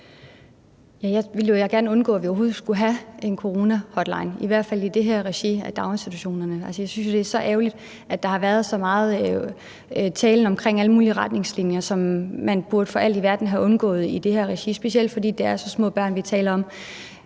Jeg ville jo gerne undgå, at vi overhovedet skulle have en coronahotline, i hvert fald i det her regi af daginstitutioner. Jeg synes jo, det er så ærgerligt, at der har været så meget tale om alle mulige retningslinjer, som man for alt i verden burde have undgået i det her regi, specielt fordi det er så små børn, vi taler om.